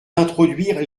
d’introduire